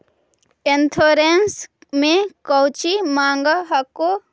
Insurance मे कौची माँग हको?